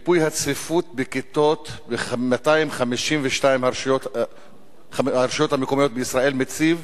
מיפוי הצפיפות בכיתות ב-252 הרשויות המקומיות בישראל מציב